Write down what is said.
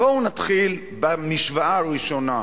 בואו נתחיל במשוואה הראשונה,